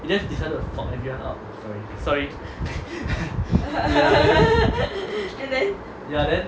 he just decided to fuck everyone up sorry sorry ya then